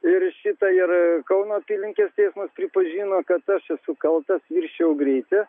ir šitą ir kauno apylinkės teismas pripažino kad aš esu kaltas viršijau greitį